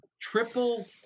triple